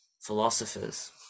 philosophers